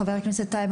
חבר הכנסת טייב,